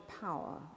power